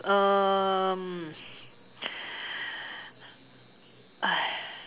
um